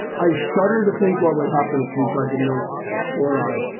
i shudder to think what would happen if we tried to make fluoride,